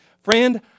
Friend